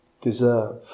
deserve